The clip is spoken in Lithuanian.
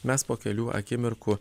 mes po kelių akimirkų